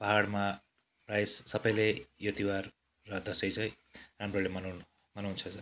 पाहाडमा प्रायः सबैले यो तिहार र दसैँ चाहिँ राम्ररी मनाउँ मनाउँछन्